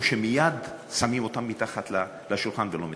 שמייד שמים אותם מתחת לשולחן ולא מטפלים,